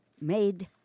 made